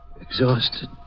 exhausted